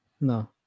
No